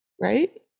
Right